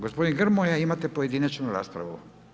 Gospodin Grmoja, imate pojedinačnu raspravu.